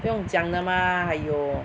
不用讲的吗 !haiya!